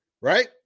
Right